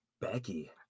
Becky